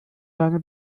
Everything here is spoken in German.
deine